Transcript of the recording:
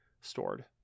stored